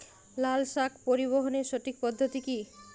লালশাক পরিবহনের সঠিক পদ্ধতি কি?